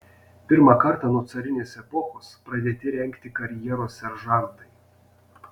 pirmą kartą nuo carinės epochos pradėti rengti karjeros seržantai